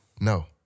No